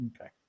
Okay